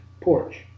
porch